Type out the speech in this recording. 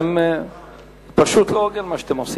זה פשוט לא הוגן מה שאתם עושים.